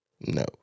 No